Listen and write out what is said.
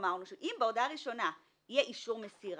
אמרנו שאם בהודעה ראשונה יהיה אישור מסירה,